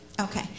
Okay